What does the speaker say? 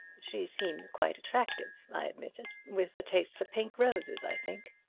she seems quite attractive, i admitted, with a taste for pink roses, i think.